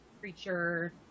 creature